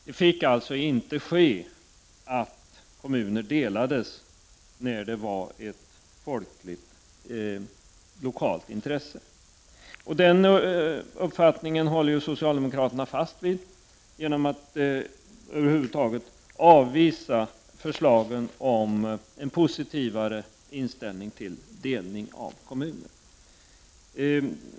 Det fick alltså inte ske att kommuner delades när det var ett folkligt lokalt intresse. Den uppfattningen håller socialdemokraterna fast vid genom att över huvud taget avvisa förslagen om en positivare inställning till delning av kommuner.